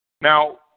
Now